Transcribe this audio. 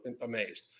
amazed